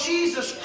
Jesus